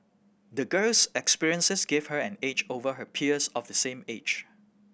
the girl's experiences gave her an edge over her peers of the same age